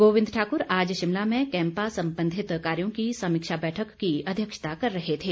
गोविंद ठाक्र आज शिमला में कैम्पा संबंधित कार्यो की समीक्षा बैठक की अध्यक्षता कर रहे थे